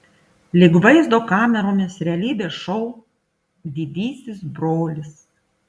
lyg vaizdo kameromis realybės šou didysis brolis